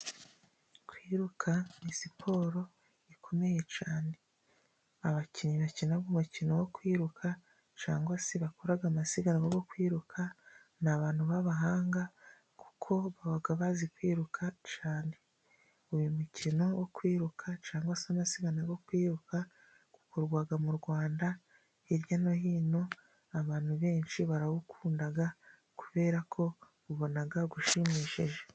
Kwiruka ni siporo ikomeye cyane. Abakinnyi bakina umukino wo kwiruka cyangwa se bakora amasiganwa yo kwiruka, ni abantu b'abahanga kuko baba bazi kwiruka cyane. Uyu mukino wo kwiruka cyangwa se amasiganwa yo kwiruka, akorwa mu Rwanda hirya no hino, abantu benshi barawukunda kubera ko babona ushimishije.